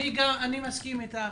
אני מסכים אתך